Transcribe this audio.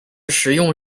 食用